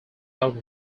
out